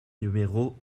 numéro